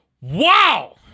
Wow